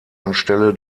anstelle